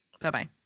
Bye-bye